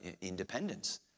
independence